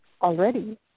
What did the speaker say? already